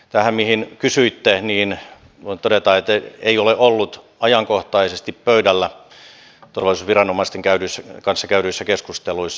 tähän mistä kysyitte voin todeta että asia ei ole ollut ajankohtaisesti pöydällä turvallisuusviranomaisten kanssa käydyissä keskusteluissa